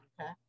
Okay